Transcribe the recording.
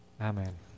amen